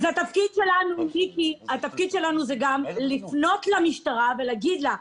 אז התפקיד שלנו הוא גם לפנות למשטרה ולהגיד לה,